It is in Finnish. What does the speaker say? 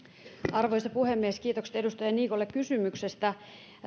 arvoisa puhemies kiitokset edustaja niikolle kysymyksestä